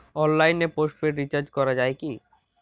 অনলাইনে postpaid recharge করা যায় কি?